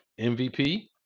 MVP